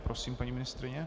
Prosím, paní ministryně.